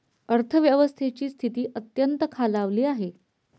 अर्थव्यवस्थेची स्थिती अत्यंत खालावली आहे